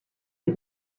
est